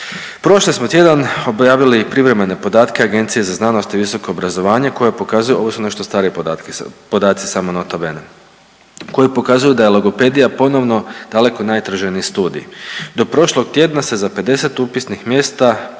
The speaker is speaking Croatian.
Prošli smo tjedan objavili privremene podatke Agencije za znanost i visoko obrazovanje koje pokazuje, ovo su nešto stariji podaci samo nota bene koji pokazuju da je logopedija ponovno daleko najtraženiji studij. Do prošlog tjedna se za 50 upisnih mjesta na